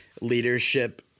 leadership